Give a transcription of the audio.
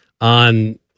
on